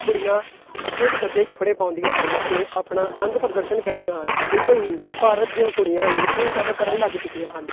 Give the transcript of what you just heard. ਕੁੜੀਆਂ ਅੱਧੇ ਪਛੱਧੇ ਕੱਪੜੇ ਪਾਉਂਦੀਆਂ ਹਨ ਅਤੇ ਆਪਣਾ ਅੰਗ ਪ੍ਰਦਰਸ਼ਨ ਕਰਦੀਆਂ ਹਨ ਉੱਥੇ ਹੀ ਭਾਰਤ ਦੀਆਂ ਕੁੜੀਆਂ ਵੀ ਇਹ ਸਭ ਕਰਨ ਲੱਗ ਚੁਕੀਆਂ ਹਨ